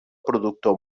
productor